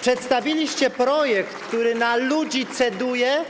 Przedstawiliście projekt, który na ludzi ceduje